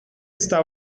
está